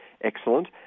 excellent